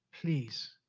please